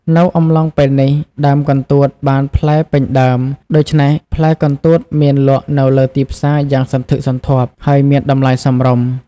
នៅអំឡុងពេលនេះ ដើមកន្ទួតបានផ្លែពេញដើម ដូច្នេះផ្លែកន្ទួតមានលក់នៅលើទីផ្សារយ៉ាងសន្ធឹកសន្ធាប់ ហើយមានតម្លៃសមរម្យ។